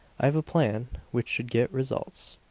i have a plan which should get results.